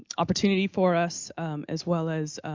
opportunity for us as well as